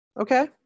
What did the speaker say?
Okay